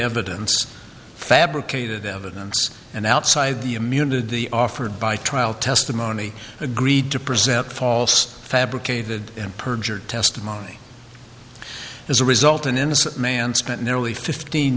evidence fabricated evidence and outside the immunity offered by trial testimony agreed to present false fabricated and perjured testimony as a result an innocent man spent nearly fifteen